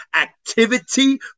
activity